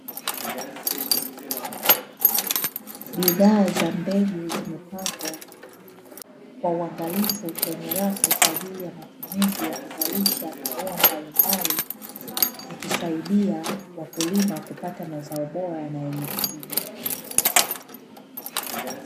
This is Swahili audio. Bidhaa za mbegu zimepangwa kwa uangalifu kwenye rafu kwa ajili ya matumizi ya kuzalisha maua mbalimbali ikisaidia wakulima kupata mazao bora na yenye tija.